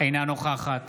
אינה נוכחת